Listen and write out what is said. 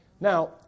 Now